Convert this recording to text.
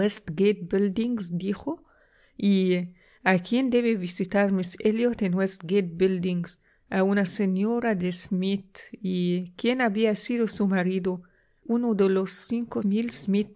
dijo y a quién debe visitar miss elliot en westgate buildings a una señora de smith y quién había sido su marido uno de los cinco mil